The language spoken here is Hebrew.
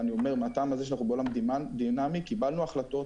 ומהטעם הזה שאנחנו בעולם דינמי קיבלנו החלטות,